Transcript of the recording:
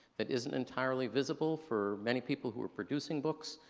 that isn't entirely visible for many people who are producing books